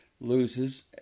loses